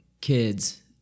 kids